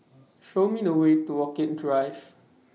Show Me The Way to Orchid Drive